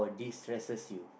destresses you